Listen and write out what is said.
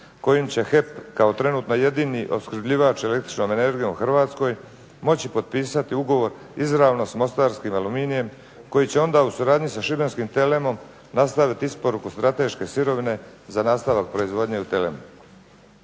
kojim će HEP kao trenutno jedini opskrbljivač električnom energijom u Hrvatskoj moći potpisati ugovor izravno s mostarskim "Aluminijem" koji će onda u suradnji sa šibenskim TLM-om nastaviti isporuku strateške sirovine za nastavak proizvodnje u TLM-u.